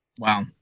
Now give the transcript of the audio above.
Wow